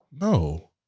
No